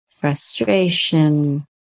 frustration